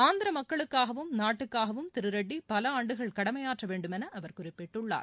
ஆந்திர மக்களுக்காகவும் நாட்டுக்காகவும் திரு ரெட்டி பல ஆண்டுகள் கடமையாற்ற வேண்டும் என அவர் குறிப்பிட்டுள்ளார்